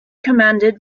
commanded